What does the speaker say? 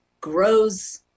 grows